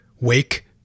wake